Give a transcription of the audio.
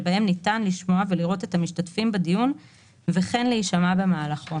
שבהם ניתן לשמוע ולראות את המשתתפים בדיון וכן להישמע במהלכו."